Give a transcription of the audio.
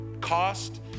cost